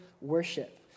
worship